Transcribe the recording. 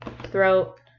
throat